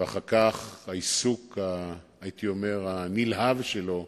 אחר כך העיסוק הנלהב שלו,